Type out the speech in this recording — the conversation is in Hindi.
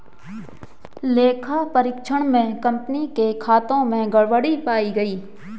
लेखा परीक्षण में कंपनी के खातों में गड़बड़ी पाई गई